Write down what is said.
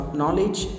knowledge